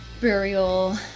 Burial